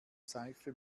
seife